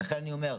לכן אני אומר,